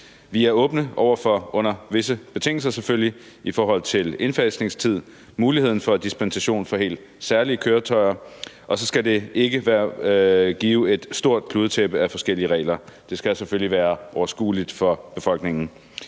selvfølgelig under visse betingelser i forhold til indfasningstid og muligheden for dispensation for helt særlige køretøjer. Og så skal det ikke give et stort kludetæppe af forskellige regler. Det skal selvfølgelig være overskueligt for befolkningen.